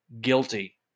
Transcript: guilty